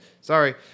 Sorry